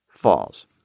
falls